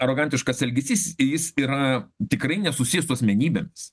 arogantiškas elgesys jis yra tikrai nesusijęs su asmenybėmis